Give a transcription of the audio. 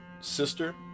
sister